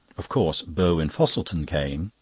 of course, burwin-fosselton came,